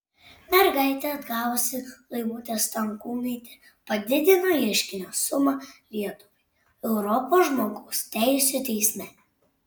mergaitę atgavusi laimutė stankūnaitė padidino ieškinio sumą lietuvai europos žmogaus teisių teisme